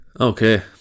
Okay